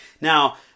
Now